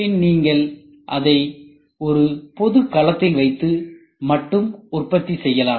பின் நீங்கள் அதை ஒரு பொது களத்தில் வைத்து மட்டும் உற்பத்தி செய்யலாம்